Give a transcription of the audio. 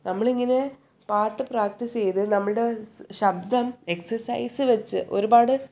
നമ്മൾ ഇങ്ങനെ പാട്ട് പ്രാക്റ്റീസ് ചെയ്ത് നമ്മുടെ ശബ്ദം എക്സർസൈസ് വെച്ച് ഒരുപാട്